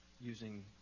using